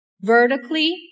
vertically